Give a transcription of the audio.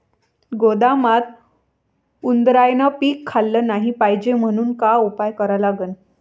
गोदामात उंदरायनं पीक खाल्लं नाही पायजे म्हनून का उपाय करा लागन?